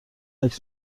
عکس